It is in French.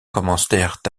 commencèrent